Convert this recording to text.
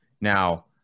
Now